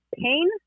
pain